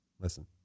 Listen